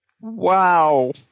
Wow